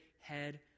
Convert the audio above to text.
head